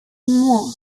清末